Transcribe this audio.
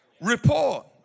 report